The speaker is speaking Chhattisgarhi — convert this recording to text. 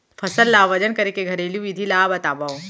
फसल ला वजन करे के घरेलू विधि ला बतावव?